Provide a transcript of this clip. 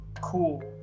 cool